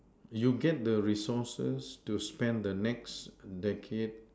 you get the resources to spend the next decade